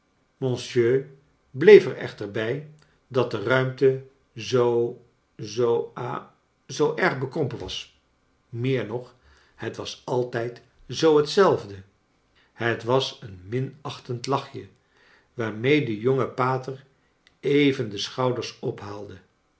bleef er echter bij dat de ruimte zoo zoo ha zoo erg bekrompen was meer nog het was altijd zoo hetzelfde het was een minachtend lachje waarrnee de jonge pater even de schouders ophaalde